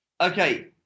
Okay